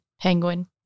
penguin